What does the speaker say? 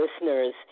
listeners